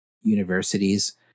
universities